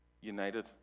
united